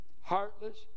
heartless